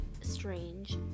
strange